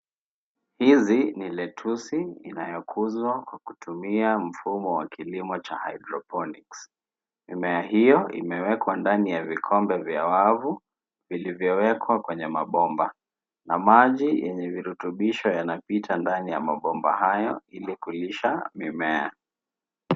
Hizi ni letusi inayokuzwa kwa kutumia mfumo wa kilimo cha hydroponics . Mimea hiyo imewekwa ndani ya vikombe vya wavu vilivyowekwa kwenye mabomba na maji yenye virutubisho yanapita ndani ya mabomba hayo ili kulisha mimea.